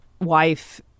wife